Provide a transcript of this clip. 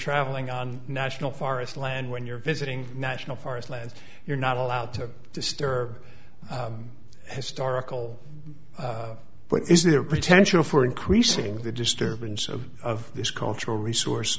travelling on national forest land when you're visiting national forest lands you're not allowed to disturb historical what is there potential for increasing the disturbance of this cultural resource